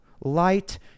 Light